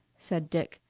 said dick.